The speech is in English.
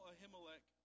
Ahimelech